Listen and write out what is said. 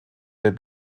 der